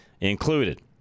included